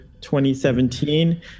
2017